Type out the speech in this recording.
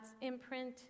imprint